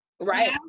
Right